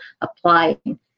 applying